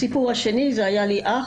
הסיפור השני, היה לי אח